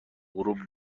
غروب